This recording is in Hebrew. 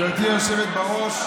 גברתי היושבת-ראש,